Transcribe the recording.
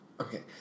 okay